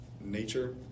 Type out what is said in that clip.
nature